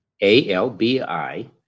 A-L-B-I